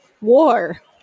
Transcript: war